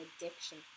addiction